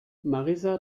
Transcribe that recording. marissa